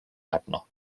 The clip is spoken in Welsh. arno